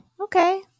okay